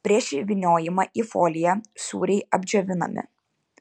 prieš įvyniojimą į foliją sūriai apdžiovinami